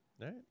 right